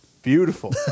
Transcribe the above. Beautiful